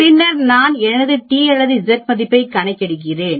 பின்னர் நான் எனது t அல்லது Z மதிப்பைக் கணக்கிடுகிறேன்